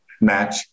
match